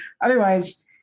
Otherwise